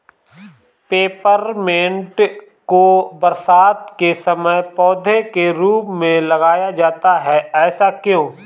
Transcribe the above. Peppermint को बरसात के समय पौधे के रूप में लगाया जाता है ऐसा क्यो?